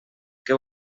que